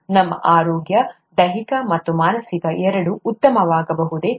ನಮ್ಮ ಆರೋಗ್ಯ ದೈಹಿಕ ಮತ್ತು ಮಾನಸಿಕ ಎರಡೂ ಉತ್ತಮವಾಗಬಹುದೇ